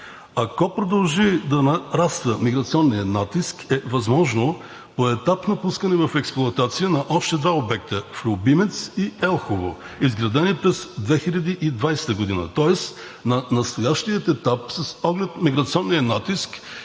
Ако продължи да нараства миграционният натиск, е възможно поетапното пускане в експлоатация на още два обекта – в Любимец и Елхово, изградени през 2020 г., тоест на настоящия етап, с оглед миграционния натиск